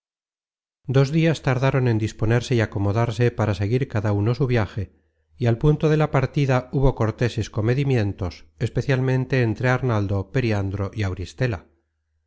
dos dias tardaron en disponerse y acomodarse para seguir cada uno su viaje y al punto de la partida hubo corteses comedimientos especialmente entre arnaldo periandro y auristela